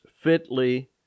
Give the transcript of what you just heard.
fitly